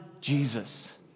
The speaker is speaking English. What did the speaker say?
Jesus